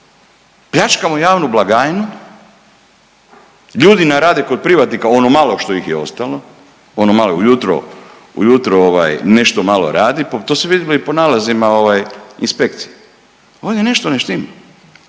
Pljačkamo javnu blagajnu, ljudi nam rade kod privatnika ono malo što ih je ostalo, ono malo, ujutro, ujutro ovaj nešto malo rade, to se vidjelo i po nalazima ovaj inspekcija. Ovdje nešto ne štima.